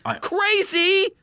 Crazy